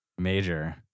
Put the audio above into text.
Major